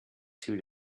two